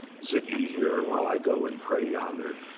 sit ye here, while i go and pray yonder.